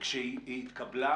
וכשהיא התקבלה,